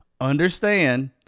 Understand